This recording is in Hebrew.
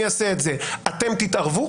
אציג את עמדתנו ביחס להצעת החוק שאומרת,